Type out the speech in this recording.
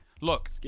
look